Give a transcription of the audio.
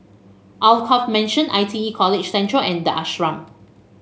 Alkaff Mansion I T E College Central and the Ashram